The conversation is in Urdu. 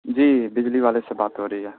جی بجلی والے سے بات ہو رہی ہے